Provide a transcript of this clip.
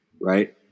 right